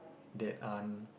there aren't